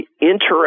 interesting